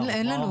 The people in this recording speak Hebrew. אין לנו.